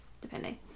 depending